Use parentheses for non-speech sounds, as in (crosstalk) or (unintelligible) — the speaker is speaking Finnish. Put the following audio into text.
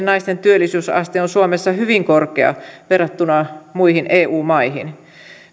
(unintelligible) naisten työllisyysaste on suomessa hyvin korkea verrattuna muihin eu maihin